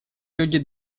люди